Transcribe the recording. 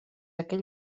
aquell